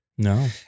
No